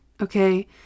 Okay